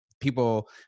People